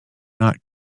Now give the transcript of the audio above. not